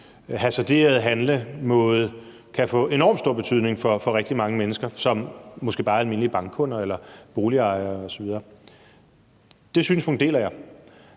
handlemåde kan få enormt stor betydning for rigtig mange mennesker, som måske bare er almindelige bankkunder eller boligejere osv. Det synspunkt deler jeg.